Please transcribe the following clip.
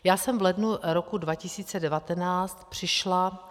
Já jsem v lednu roku 2019 přišla...